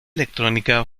electrónica